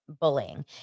bullying